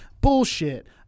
Bullshit